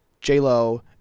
J-Lo